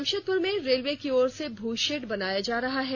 जमशेदपुर में रेलवे की ओर से भू शेड बनाया जा रहा है